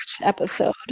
episode